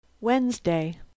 wednesday